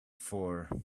for